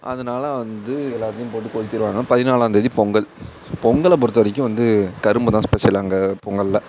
அதனால வந்து எல்லாத்தையும் போட்டு கொளுத்திடுவாங்க பதினாலம்தேதி பொங்கல் பொங்கலை பொறுத்தவரைக்கும் வந்து கரும்பு தான் ஸ்பெஷல் அங்கே பொங்கலில்